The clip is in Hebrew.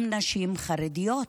גם נשים חרדיות,